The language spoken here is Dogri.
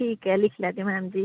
ठीक ऐ दिक्खी लैगे मैम जी